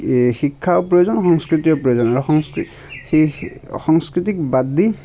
শি শিক্ষাও প্ৰয়োজন সংস্কৃতিৰো প্ৰয়োজন আৰু সংস্কৃতি সেয়ে সংস্কৃতিক বাদ দি